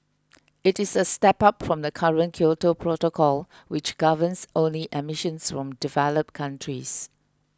it is a step up from the current Kyoto Protocol which governs only emissions from developed countries